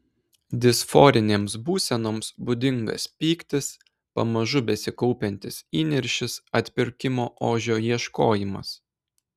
disforinėms būsenoms būdingas pyktis pamažu besikaupiantis įniršis atpirkimo ožio ieškojimas